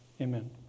Amen